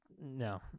no